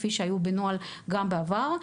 כפי שהיו בנוהל גם בעבר.